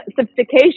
sophistication